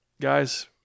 guys